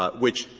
ah which,